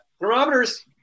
Thermometers